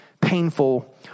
painful